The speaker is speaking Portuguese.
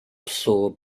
pessoa